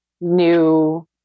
new